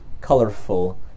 colorful